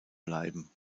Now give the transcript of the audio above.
bleiben